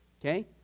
Okay